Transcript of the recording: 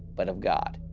but of god.